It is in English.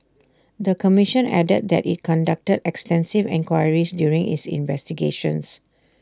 the commission added that IT conducted extensive inquiries during its investigations